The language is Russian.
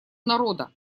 народа